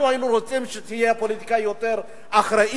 אנחנו היינו רוצים שתהיה פוליטיקה יותר אחראית,